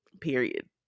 period